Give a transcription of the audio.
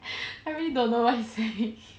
I really don't know what he say